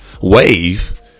wave